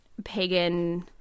pagan